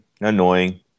Annoying